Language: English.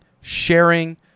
sharing